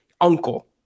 uncle